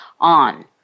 on